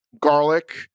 garlic